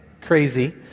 crazy